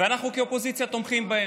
ואנחנו כאופוזיציה תומכים בהם,